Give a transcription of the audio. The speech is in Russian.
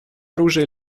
оружия